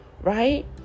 Right